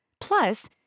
Plus